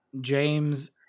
James